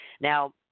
Now